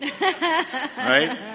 Right